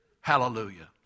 Hallelujah